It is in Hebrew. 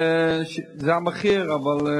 טכנולוגיות חדישות כל כך מתקדמות,